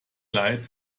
leid